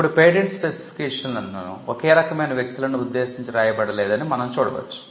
ఇప్పుడు పేటెంట్ స్పెసిఫికేషన్లు ఒకే రకమైన వ్యక్తులను ఉద్దేశించి రాయబడలేదని మనం చూడవచ్చు